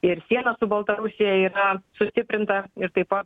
ir sieną su baltarusija yra sustiprinta ir taip pat